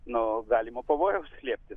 nuo galimo pavojaus slėptis